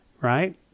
right